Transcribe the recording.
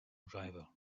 driver